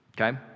okay